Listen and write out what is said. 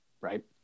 Right